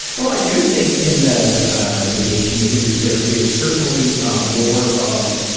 well, i do think in the ah the gay community there is certainly more of,